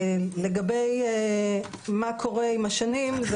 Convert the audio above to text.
לגבי מה קורה עם השנים,